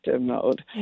mode